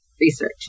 research